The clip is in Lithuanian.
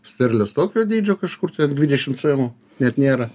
sterlės tokio dydžio kažkur ten dvidešim cemų net nėra